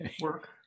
work